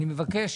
אני מבקש,